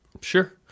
Sure